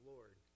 Lord